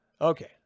Okay